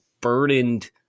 burdened